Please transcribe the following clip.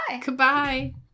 Goodbye